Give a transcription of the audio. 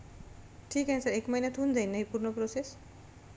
ठीक आहे सर एक महिन्यात होऊन जाईल ना ही पूर्ण प्रोसेस